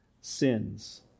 sins